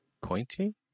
Pointy